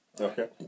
Okay